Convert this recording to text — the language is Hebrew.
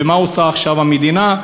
ומה עושה עכשיו המדינה?